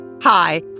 Hi